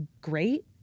great